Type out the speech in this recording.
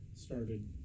started